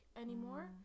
anymore